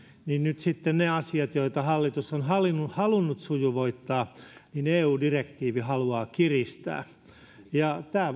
niin nyt sitten ne asiat joita hallitus on halunnut on halunnut sujuvoittaa eu direktiivi haluaa kiristää tämä